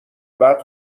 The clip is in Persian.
بعد